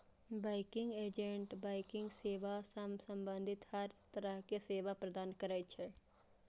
banking agent banking सेवा सं संबंधित हर तरहक सेवा प्रदान करै छै